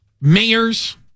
Mayors